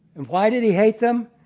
and why did he hate them?